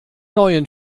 neuen